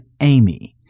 Amy